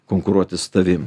konkuruoti su tavim